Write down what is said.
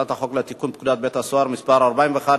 הצעת החוק לתיקון פקודת בתי-הסוהר (מס' 41),